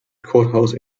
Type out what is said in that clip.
courthouse